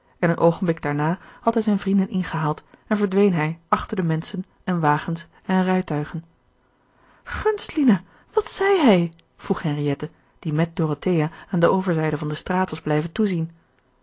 en een oogenblik daarna had hij zijne vrienden ingehaald en verdween hij achter de menschen en wagens en rijtuigen gunst lina wat zei hij vroeg henriette die met dorothea aan de overzijde van de straat was blijven toezien